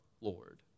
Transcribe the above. Lord